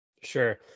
Sure